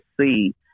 see